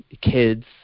kids